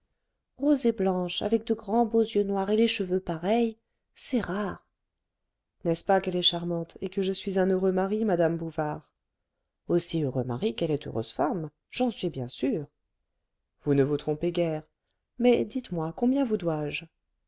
rose et blanche avec de grands beaux yeux noirs et les cheveux pareils c'est rare n'est-ce pas qu'elle est charmante et que je suis un heureux mari madame bouvard aussi heureux mari qu'elle est heureuse femme j'en suis bien sûre vous ne vous trompez guère mais dites-moi combien vous dois-je